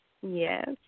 Yes